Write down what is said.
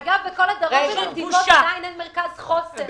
אגב, בכל האזור אין עדיין מרכז חוסן.